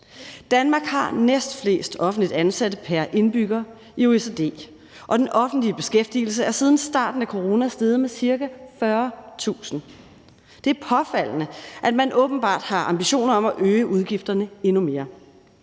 Danmark har næstflest offentligt ansatte pr. indbygger i OECD, og den offentlige beskæftigelse er siden starten af corona steget med ca. 40.000. Det er påfaldende, at man åbenbart har ambitioner om at øge udgifterne endnu mere.